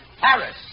Paris